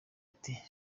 ati